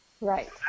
Right